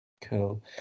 Cool